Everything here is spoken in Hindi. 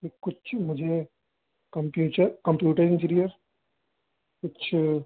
यह कुछ मुझे कम्प्यूचर कम्प्यूटर इन्जीनियर कुछ